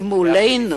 גמולנו